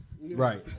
Right